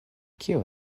kio